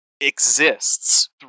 exists